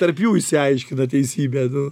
tarp jų išsiaiškina teisybę nu